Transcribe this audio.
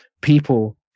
people